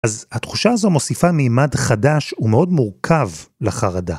אז התחושה הזו מוסיפה מימד חדש ומאוד מורכב לחרדה.